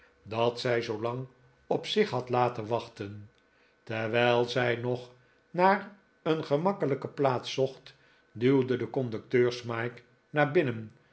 dat zij zoolang op zich had laten wachten terwijl zij nog naar een gemakkelijke plaats zocht duwde de conducteur smike naar binnen